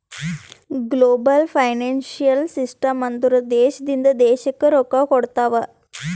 global financial system ಅಂದುರ್ ದೇಶದಿಂದ್ ದೇಶಕ್ಕ್ ರೊಕ್ಕಾ ಕೊಡ್ತಾವ್